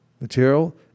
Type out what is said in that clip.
Material